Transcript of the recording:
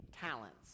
talents